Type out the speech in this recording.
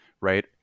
right